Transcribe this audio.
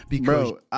Bro